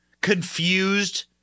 confused